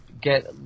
get